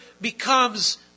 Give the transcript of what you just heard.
becomes